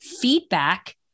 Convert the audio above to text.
feedback